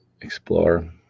explore